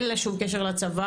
אין לה שום קשר לצבא,